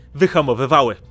wyhamowywały